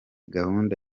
gahunda